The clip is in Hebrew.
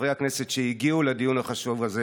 חברי הכנסת שהגיעו לדיון החשוב הזה,